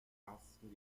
karsten